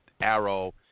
Arrow